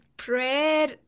prayer